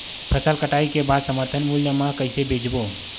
फसल कटाई के बाद समर्थन मूल्य मा कइसे बेचबो?